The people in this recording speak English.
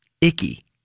icky